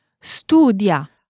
studia